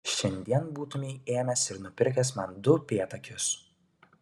šiandien būtumei ėmęs ir nupirkęs man du upėtakius